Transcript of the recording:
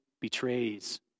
betrays